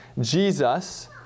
Jesus